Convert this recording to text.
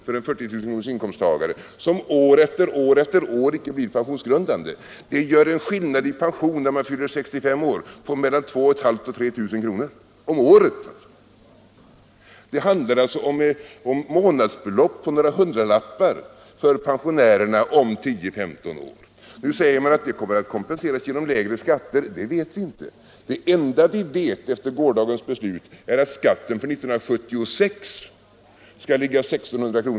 för en 40 000-kronorsinkomsttagare som år efter år inte blir pensionsgrundande. Det gör en skillnad i pension när man fyller 65 år på 2 500 å 3 000 kr. om året. Det handlar alltså om månadsbelopp på några hundralappar för pensionärerna om tio eller femton år. Nu säger man att det här kommer att kompenseras genom lägre skatter, men det vet vi inte. Det enda vi vet efter gårdagens beslut är att skatten för 1976 skall ligga 1600 kr.